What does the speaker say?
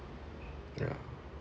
ya